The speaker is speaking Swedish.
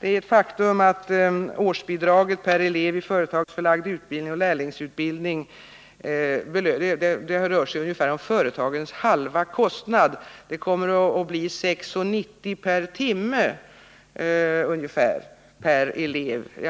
Det är ett faktum att årsbidraget per elev i företagsförlagd utbildning och lärlingsutbildning uppgår till företagens halva kostnad ungefär. Det kommer att bli ungefär 6:90 per timme och elev.